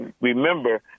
remember